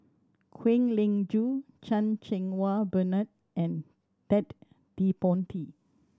Kwek Leng Joo Chan Cheng Wah Bernard and Ted De Ponti